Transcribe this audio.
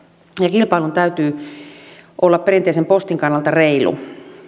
kilpailun täytyy olla perinteisen postin kannalta reilu